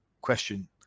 question